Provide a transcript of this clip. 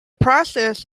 process